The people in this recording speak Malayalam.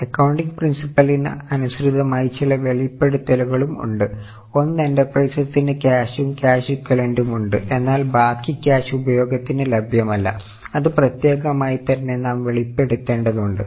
എകൌണ്ടിംഗ് പ്രിൻസിപ്പലിന് അനുസൃതമായി ചില വെളിപ്പെടുത്തലുകളും ഉണ്ട് ഒന്ന് എന്റർപ്രൈസസിന് ക്യാഷും ക്യാഷ് ഇക്വലൻറ്റും ഉണ്ട് എന്നാൽ ബാക്കി ക്യാഷ് ഉപയോഗത്തിന് ലഭ്യമല്ല അത് പ്രത്യേകമായി തന്നെ നാം വെളിപ്പെടുത്തേണ്ടതുണ്ട്